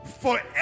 Forever